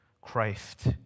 Christ